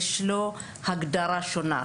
יש לו הגדרה שונה.